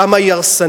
כמה היא הרסנית.